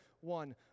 one